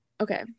Okay